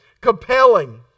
compelling